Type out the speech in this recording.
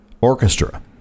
Orchestra